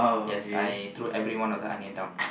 yes I threw every one of the onion down